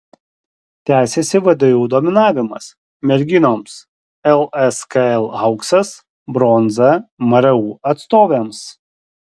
tęsiasi vdu dominavimas merginoms lskl auksas bronza mru atstovėms